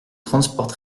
transport